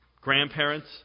grandparents